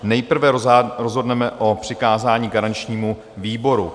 Nejprve rozhodneme o přikázání garančnímu výboru.